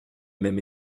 même